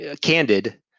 candid